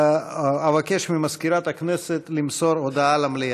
אבקש ממזכירת הכנסת למסור הודעה למליאה.